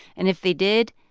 and if they did,